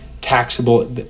taxable